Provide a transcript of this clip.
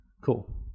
Cool